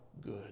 good